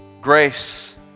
Grace